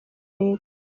leta